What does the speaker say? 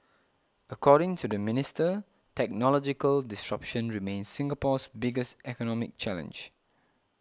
according to the minister technological disruption remains Singapore's biggest economic challenge